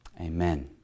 Amen